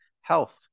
health